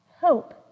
hope